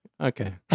Okay